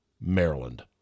Maryland